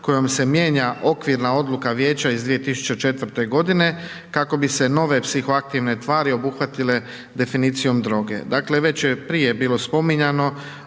kojom se mijenja okvirna odluka Vijeća iz 2004. godine kako bi se nove psihoaktivne tvari obuhvatile definicijom droge.